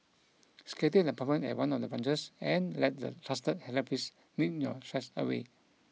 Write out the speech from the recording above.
schedule an appointment at one of the branches and let the trusted therapists knead your stress away